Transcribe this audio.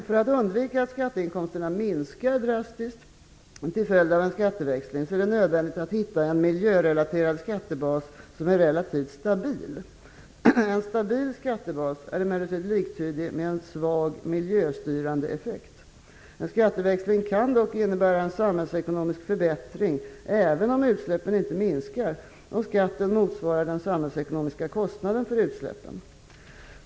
För att undvika att skatteinkomsterna minskar drastiskt till följd av en skatteväxling är det nödvändigt att hitta en miljörelaterad skattebas som är relativt stabil. En stabil skattebas är emellertid liktydig med en svag miljöstyrande effekt. En skatteväxling kan dock innebära en samhällsekonomisk förbättring även om utsläppen inte minskar, om skatten motsvarar den samhällsekonomiska kostnaden för utsläppen.